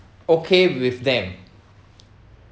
okay with them